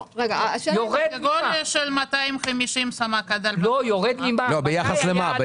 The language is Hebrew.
לגודל של 250 סמ"ק --- ביחס למה?